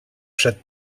wszedł